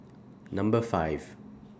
Number five